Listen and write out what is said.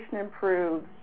improves